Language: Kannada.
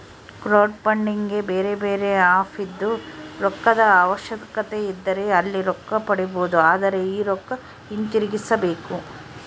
ಕ್ರೌಡ್ಫಂಡಿಗೆ ಬೇರೆಬೇರೆ ಆಪ್ ಇದ್ದು, ರೊಕ್ಕದ ಅವಶ್ಯಕತೆಯಿದ್ದರೆ ಅಲ್ಲಿ ರೊಕ್ಕ ಪಡಿಬೊದು, ಆದರೆ ಈ ರೊಕ್ಕ ಹಿಂತಿರುಗಿಸಬೇಕು